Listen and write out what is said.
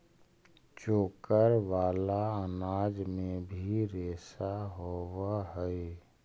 चोकर वाला अनाज में भी रेशा होवऽ हई